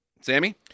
Sammy